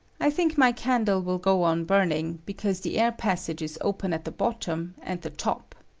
i think my candle will go on burning, because the air-passage is open at the bottom and the top.